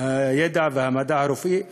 והידע והמדע הרפואי,